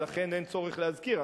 לכן אין צורך להזכיר,